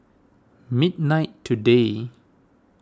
midnight today